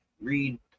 read